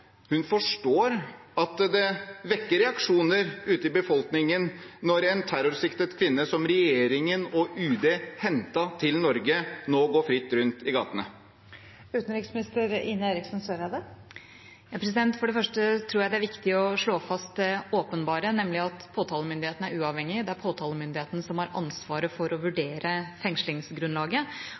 hun forstår at det vekker reaksjoner ute i befolkningen når en terrorsiktet kvinne som regjeringen og UD hentet til Norge, nå går fritt rundt i gatene. For det første tror jeg det er viktig å slå fast det åpenbare, nemlig at påtalemyndigheten er uavhengig. Det er påtalemyndigheten som har ansvaret for å vurdere fengslingsgrunnlaget,